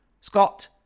Scott